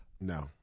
No